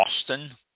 Austin